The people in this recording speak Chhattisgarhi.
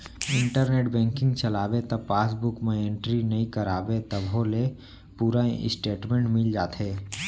इंटरनेट बेंकिंग चलाबे त पासबूक म एंटरी नइ कराबे तभो ले पूरा इस्टेटमेंट मिल जाथे